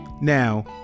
now